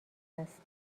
است